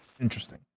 Interesting